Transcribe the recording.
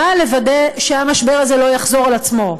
באה לוודא שהמשבר הזה לא יחזור על עצמו.